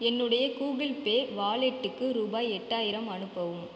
என்னுடைய Google Pay வாலெட்டுக்கு ரூபாய் எட்டாயிரம் அனுப்பவும்